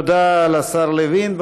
תודה לשר לוין.